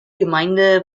gemeinde